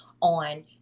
on